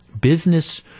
business